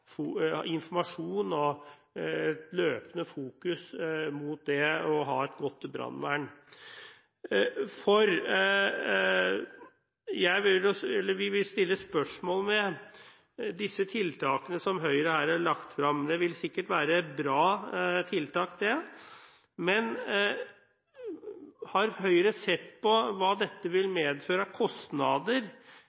et godt brannvern. Vi vil stille spørsmål ved de tiltakene som Høyre her har lagt frem. Det vil sikkert være bra tiltak, men har Høyre sett på hva dette vil